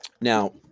Now